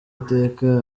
iteka